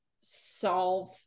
solve